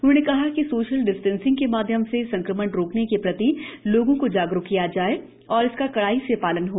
उन्होंने कहा कि सोशल डिस्टेंसिंग के माध्यम से संक्रमण रोकने के प्रति लोगों को जागरूक किया जाए तथा इसका कड़ाई से पालन हो